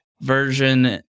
version